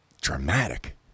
dramatic